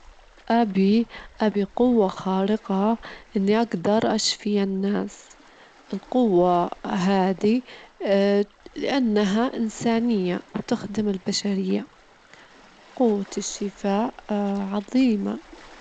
أفضل الموسيقى العصرية، لأنها تعكس تغيرات ثقافية، وتعكس تعطيك طاقة إيجابية تخليك تعيش اللحظة، لكن أعتقد إن الموسيقى الكلاسيكية لها طابع خاص وجميل، خاصةً لمان تبي تهدى.